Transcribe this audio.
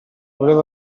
volevo